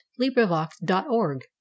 LibriVox.org